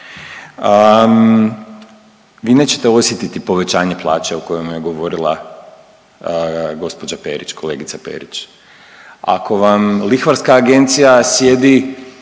Vi nećete osjetiti povećanje plaće o kojima je govorila gospođa Perić, kolegica Perić. Ako vam lihvarska agencija sjedi